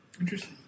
Interesting